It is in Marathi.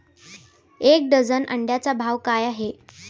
एक डझन अंड्यांचा भाव काय आहे?